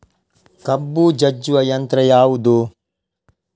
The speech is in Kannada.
ಕಬ್ಬು ಜಜ್ಜುವ ಯಂತ್ರ ಯಾವುದು?